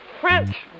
French